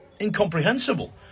incomprehensible